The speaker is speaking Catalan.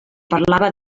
parlava